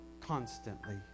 constantly